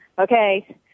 okay